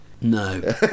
No